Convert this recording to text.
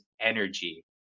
energy